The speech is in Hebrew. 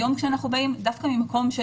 היום, כשאנחנו באים דווקא ממקום של